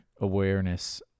awareness